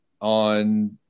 on